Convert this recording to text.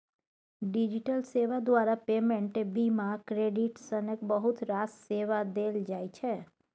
digital सेबा द्वारा payment, बीमा, क्रेडिट सनक बहुत रास सेबा देल जाइ छै